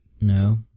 No